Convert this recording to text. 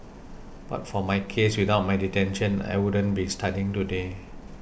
but for my case without my detention I wouldn't be studying today